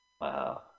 Wow